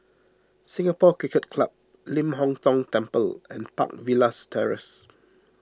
Singapore Cricket Club Ling Hong Tong Temple and Park Villas Terrace